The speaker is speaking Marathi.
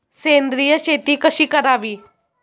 सेंद्रिय शेती कशी करावी?